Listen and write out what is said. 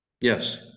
Yes